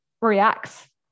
reacts